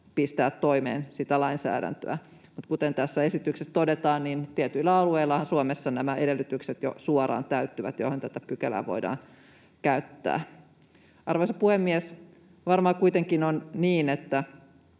pistää toimeen sitä lainsäädäntöä. Mutta kuten tässä esityksessä todetaan, niin tietyillä alueillahan Suomessa jo suoraan täyttyvät nämä edellytykset, joilla tätä pykälää voidaan käyttää. Arvoisa puhemies! Varmaan kuitenkin on niin, että